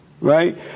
right